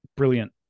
Brilliant